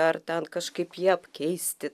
ar ten kažkaip jį apkeisti